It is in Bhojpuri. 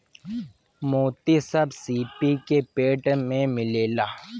मोती सब सीपी के पेट में मिलेला